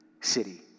city